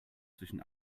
zwischen